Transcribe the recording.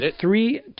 three